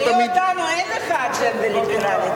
בלעדינו אין לך אג'נדה ליברלית.